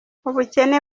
ubukene